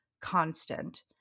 constant